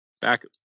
back